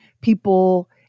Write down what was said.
People